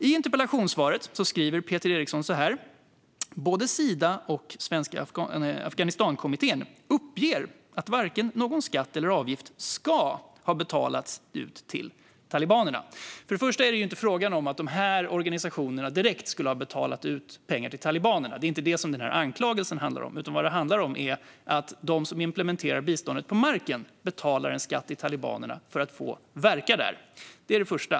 I interpellationssvaret säger Peter Eriksson att både Sida och Svenska Afghanistankommittén uppger att varken skatt eller avgifter har betalats ut till talibanerna. För det första är det inte fråga om att dessa organisationer skulle ha betalat pengar direkt till talibanerna. Det är inte detta anklagelsen handlar om, utan den handlar om att de som implementerar biståndet på marken betalar en skatt till talibanerna för att få verka där. Det är det första.